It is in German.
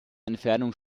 entfernung